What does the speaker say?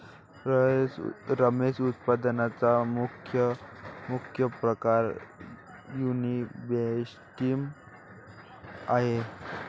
रेशम उत्पादनाचा मुख्य प्रकार युनिबोल्टिन आहे